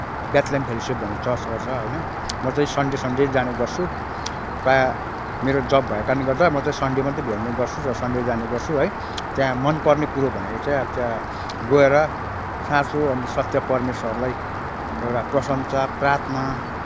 Bethlehem fellowship भन्ने चर्चहरू छ होइन म चाहिँ सन्डे सन्डे जाने गर्छु प्रायः मेरो जब भएकोले गर्दा म चाहिँ सन्डे मात्रै भ्याउने गर्छु र सन्डे जाने गर्छु है त्यहाँ मनपर्ने कुरो भनेको चाहिँ त्यहाँ गएर साँचो अनि सत्य परमेश्वरलाई एउटा प्रशंसा प्रार्थना